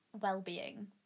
well-being